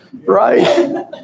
Right